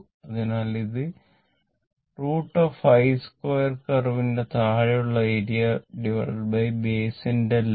അതിനാൽ ഇത് √I2 curve ന് താഴെ ഉള്ള ഏരിയബൈസ് ന്റെ ലെങ്ത്